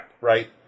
Right